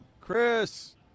Chris